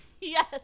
Yes